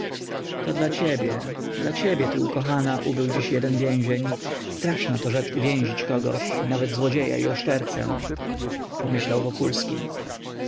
to dla ciebie dla ciebie ty ukochana ubył dziś jeden więzień straszna to rzecz uwięzić kogoś nawet złodzieja i oszczercę pomyślał wokulski